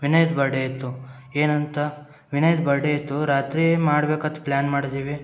ವಿನಯ್ದು birthday ಇತ್ತು ಏನಂತ ವಿನಯ್ದು ಬರ್ಡೆ ಇತ್ತು ರಾತ್ರಿ ಮಾಡ್ಬೇಕತ್ತು ಪ್ಲ್ಯಾನ್ ಮಾಡಿದ್ದೀವಿ